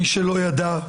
מי שלא ידע,